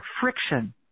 friction